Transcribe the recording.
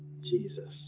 Jesus